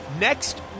Next